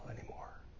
anymore